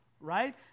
right